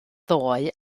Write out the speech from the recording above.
ddoe